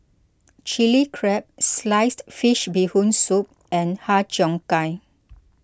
Chili Crab Sliced Fish Bee Hoon Soup and Har Cheong Gai